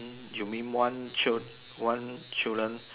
you mean one child one children